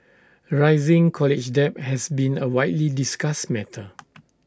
rising college debt has been A widely discussed matter